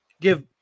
give